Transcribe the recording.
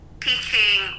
teaching